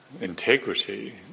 integrity